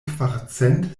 kvarcent